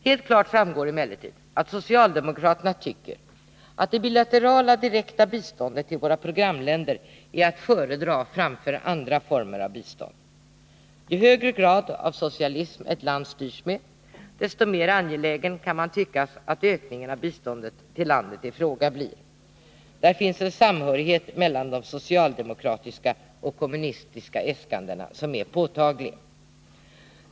Helt klart framgår emellertid att socialdemokraterna tycker att det bilaterala direkta biståndet till våra programländer är att föredra framför andra former av bistånd. Ju högre grad av socialism ett land styrs med. desto mer angelägen blir tydligen ökningen av biståndet till landet i fråga. Där finns en samhörighet mellan de socialdemokratiska och de kommunistiska äskandena som är påtaglig.